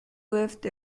waved